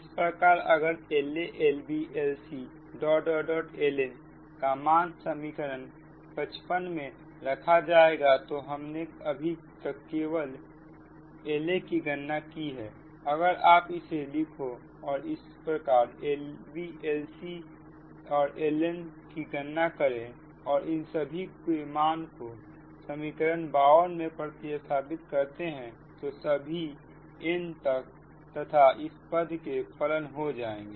इस प्रकार अगर LaLbLcLn का मान समीकरण 55 में रखा जाएगा हमने अभी तक केवल Laकी गणना की है अगर आप इसे लिखो और इसी प्रकार LbLcLn की गणना करें और इन सभी के मान को समीकरण 52 में प्रतिस्थापित करते हैं तो सभी n तथा इस पद के फलन हो जाएंगे